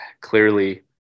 clearly